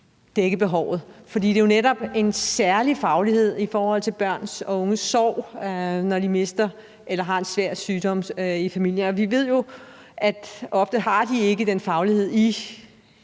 dække behovet, for det kræver jo netop en særlig faglighed i forhold til børn og unges sorg, når de mister eller de har svær sygdom i familien, og vi ved jo, at ofte har de ikke den faglighed i